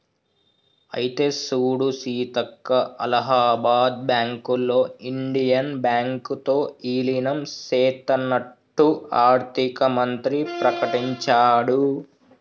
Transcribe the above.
అయితే సూడు సీతక్క అలహాబాద్ బ్యాంకులో ఇండియన్ బ్యాంకు తో ఇలీనం సేత్తన్నట్టు ఆర్థిక మంత్రి ప్రకటించాడు